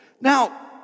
Now